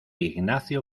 ignacio